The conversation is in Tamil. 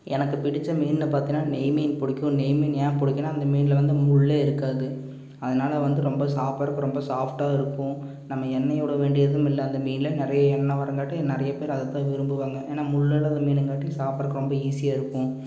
எனக்கு பிடித்த மீன் பார்த்தின்னா நெய் மீன் பிடிக்கும் நெய் மீன் ஏன் பிடிக்கும்னா அந்த மீன்ல வந்து முள்ளே இருக்காது அதனால வந்து ரொம்ப சாப்பிடுறதுக்கு ரொம்ப சாஃப்ட்டாக இருக்கும் நம்ம எண்ணய் விட வேண்டியதும் இல்லை அந்த மீன்ல நிறைய எண்ணய் வரங்காட்டி நிறைய பேர் அதை தான் விரும்புவாங்கள் ஏன்னா முள்ளுயில்லாதான் மீனுங்காட்டி சாப்பிடுறதுக்கு ரொம்ப ஈசியாக இருக்கும்